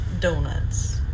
Donuts